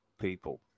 people